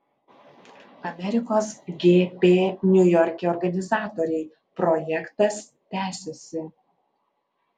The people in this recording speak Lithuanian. amerikos gp niujorke organizatoriai projektas tęsiasi